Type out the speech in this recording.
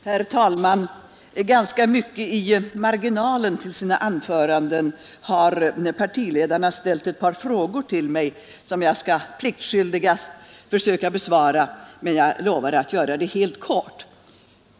Herr talman! Ganska mycket i marginalen till sina anföranden har partiledarna ställt ett par frågor till mig, som jag pliktskyldigast skall försöka besvara, men jag lovar att göra det helt kort.